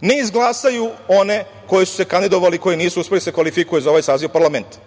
ne izglasaju one koji su se kandidovali, koji nisu uspeli da se kvalifikuju za ovaj saziv parlamenta.